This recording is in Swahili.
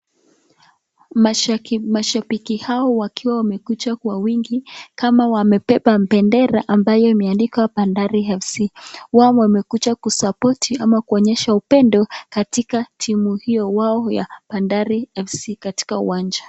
Mashahawa wakiwa wamekuja kwa wingi, kama wamebeba bendera ambayo imeadikwa bandari fc , wao wamekuja kusapoti ama kuonyesha upendo katika timu hio wao bandari fc katika uwanja.